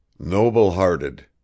Noble-hearted